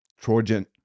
Trojan